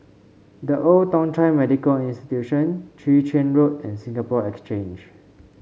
The Old Thong Chai Medical Institution Chwee Chian Road and Singapore Exchange